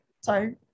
sorry